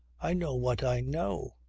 i know what i know.